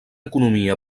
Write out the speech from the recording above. economia